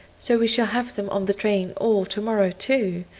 so we shall have them on the train all to-morrow too,